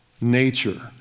nature